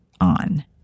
on